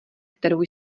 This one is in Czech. kterou